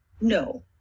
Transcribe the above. No